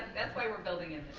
that's why we're building in